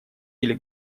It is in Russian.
или